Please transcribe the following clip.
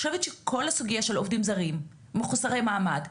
אני חושבת שכל הסוגיה של עובדים זרים ומחוסרי מעמד,